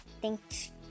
Thanks